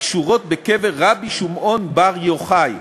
הקשורות בקבר רבי שמעון בר יוחאי.